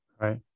right